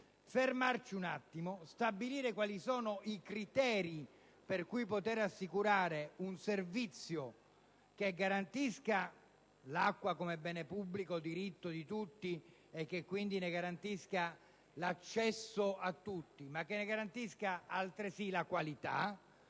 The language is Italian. fermarci un attimo per stabilire quali sono i criteri per poter assicurare un servizio che garantisca l'acqua come bene pubblico - diritto di tutti - e che quindi ne garantisca l'accesso a tutti, ma altresì la qualità,